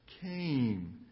came